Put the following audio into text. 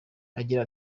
agira